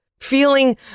feeling